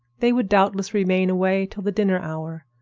they would doubtless remain away till the dinner hour.